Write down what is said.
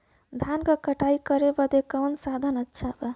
धान क कटाई करे बदे कवन साधन अच्छा बा?